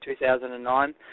2009